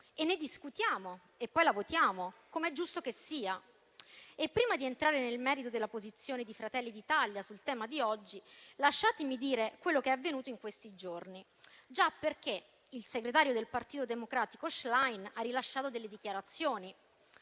La discutiamo e poi la votiamo, come è giusto che sia. E prima di entrare nel merito della posizione di Fratelli d'Italia sul tema di oggi, lasciatemi dire quello che è avvenuto in questi giorni. Il segretario del Partito Democratico Schlein ha rilasciato delle dichiarazioni